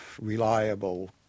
reliable